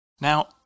Now